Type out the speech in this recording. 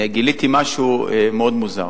גיליתי משהו מאוד מוזר: